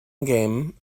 game